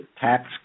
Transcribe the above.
tax